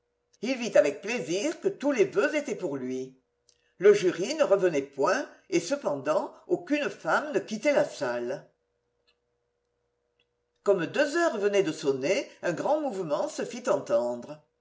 il vit avec plaisir que tous les voeux étaient pour lui le jury ne revenait point et cependant aucune femme ne quittait la salle comme deux heures venaient de sonner un grand mouvement se fit entendre